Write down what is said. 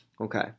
Okay